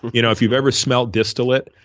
you know if you've ever smelled distillate,